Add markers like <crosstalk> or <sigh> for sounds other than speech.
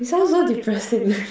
you sound so depressing <laughs>